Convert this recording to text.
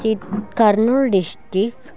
చి కర్నూలు డిస్టిక్త్